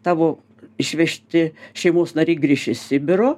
tavo išvežti šeimos nariai grįš iš sibiro